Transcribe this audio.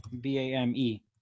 B-A-M-E